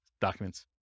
documents